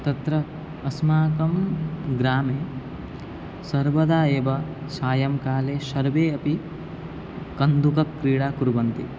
तत्र अस्माकं ग्रामे सर्वदा एव सायङ्काले सर्वे अपि कन्दुकक्रीडां कुर्वन्ति